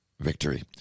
victory